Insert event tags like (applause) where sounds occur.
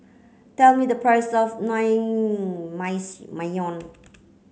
tell me the price of (unintelligible)